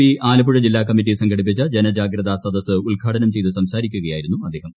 P Alappuzha ജില്ലാ committee സംഘടിപ്പിച്ച ജനജാഗ്രത സദസ് ഉദ്ഘാടനം ചെയ്ത് സംസാരിക്കുകയായിരുന്നു അദ്ദേഹം